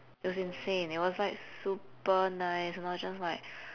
it was insane it was like super nice and I was just like